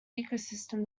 ecosystem